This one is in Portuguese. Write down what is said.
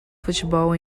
futebol